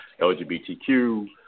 LGBTQ